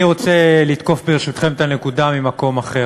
אני רוצה לתקוף, ברשותכם, את הנקודה ממקום אחר.